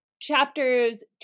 chapters